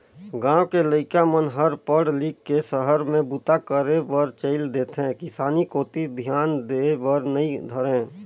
गाँव के लइका मन हर पढ़ लिख के सहर में बूता करे बर चइल देथे किसानी कोती धियान देय बर नइ धरय